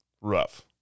rough